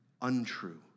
untrue